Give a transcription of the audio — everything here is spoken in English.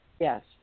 Yes